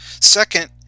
Second